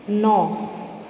ন